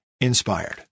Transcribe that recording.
inspired